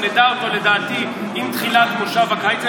שנדע אותו לדעתי עם תחילת מושב הקיץ,